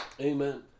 Amen